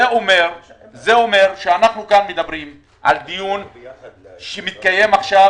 זה אומר שאנחנו כאן מדברים על דיון שמתקיים עכשיו